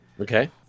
Okay